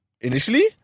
Initially